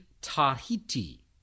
Tahiti